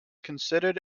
considered